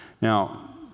Now